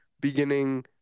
beginning